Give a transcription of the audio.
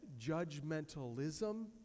judgmentalism